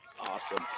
Awesome